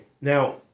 now